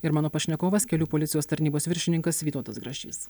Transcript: ir mano pašnekovas kelių policijos tarnybos viršininkas vytautas grašys